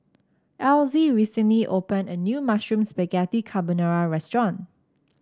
Elzy recently opened a new Mushroom Spaghetti Carbonara Restaurant